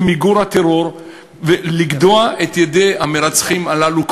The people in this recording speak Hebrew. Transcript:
למגר את הטרור ולגדוע את ידי המרצחים הללו.